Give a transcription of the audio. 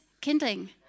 kindling